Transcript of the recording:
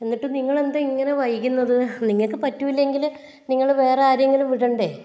എന്നിട്ടും നിങ്ങളെന്താ ഇങ്ങനെ വൈകുന്നത് നിങ്ങൾക്ക് പറ്റൂല്ലെങ്കിൽ നിങ്ങൾ വേറെ ആരേങ്കിലും വിടണ്ടെ